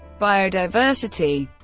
biodiversity